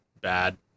bad